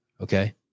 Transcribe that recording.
Okay